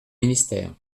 ministère